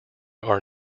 are